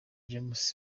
james